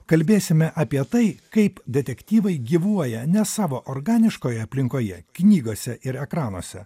kalbėsime apie tai kaip detektyvai gyvuoja ne savo organiškoje aplinkoje knygose ir ekranuose